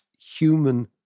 human